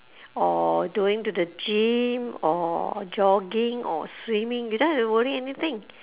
or going to the gym or jogging or swimming you don't have to worry anything